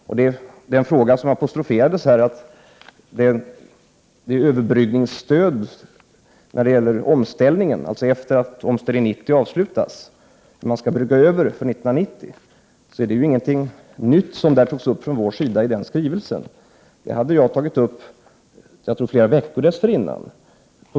När det gäller den fråga som här apostroferades, om hur man efter det att Omställning 90 avslutats skall brygga över inför 1990, var det inte någonting nytt som togs upp från vår sida i denna skrivelse, utan saken hade tagits upp med LRF på mitt initiativ flera veckor dessförinnan.